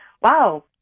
Wow